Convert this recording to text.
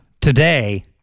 Today